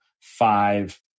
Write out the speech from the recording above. five